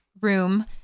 room